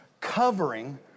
Covering